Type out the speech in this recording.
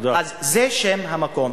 אז זה שם המקום.